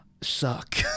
suck